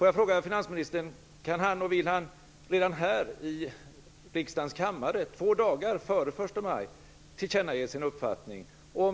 Låt mig fråga finansministern om han redan här för riksdagens kammare två dagar före 1 maj kan och vill tillkännage sin uppfattning.